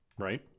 Right